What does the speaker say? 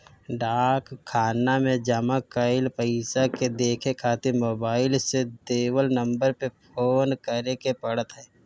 डाक खाना में जमा कईल पईसा के देखे खातिर मोबाईल से देवल नंबर पे फोन करे के पड़त ह